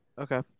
okay